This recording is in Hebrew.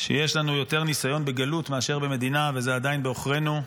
שיש לנו יותר ניסיון בגלות מאשר במדינה וזה עדיין בעוכרינו.